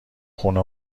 خونه